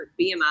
BMI